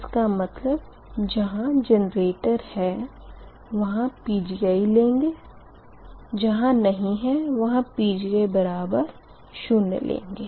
इसका मतलब जहाँ जेनरेटर है वहाँ Pgi लेंगे जहाँ नही है वहाँ Pgi0 लेंगे